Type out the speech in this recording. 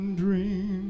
dream